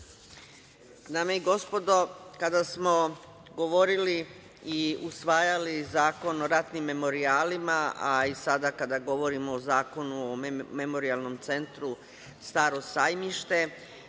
Dame i gospodo, kada smo govorili i usvajali Zakon o ratnim memorijalima, a i sada kada govorimo o Zakonu o memorijalnom centru „Staro sajmište“,